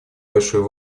большую